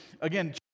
again